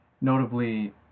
notably